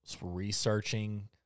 researching